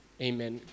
Amen